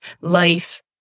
life